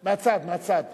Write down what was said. מהצד או, מהצד, מהצד.